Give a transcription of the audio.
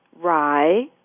rye